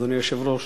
אדוני היושב-ראש